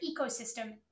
ecosystem